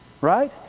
Right